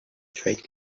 trade